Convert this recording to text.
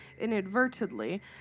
inadvertently